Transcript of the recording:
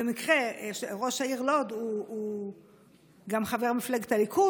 במקרה ראש העיר לוד הוא גם חבר מפלגת הליכוד,